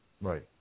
Right